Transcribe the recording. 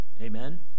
Amen